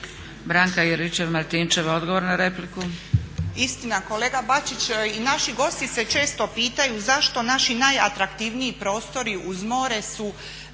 **Juričev-Martinčev, Branka (HDZ)** Istina, kolega Bačić i naši gosti se često pitaju zašto naši najatraktivniji prostori uz more su